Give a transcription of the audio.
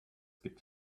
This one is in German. gibt